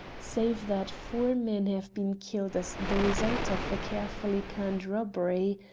save that four men have been killed as the result of a carefully-planned robbery.